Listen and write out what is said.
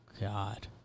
god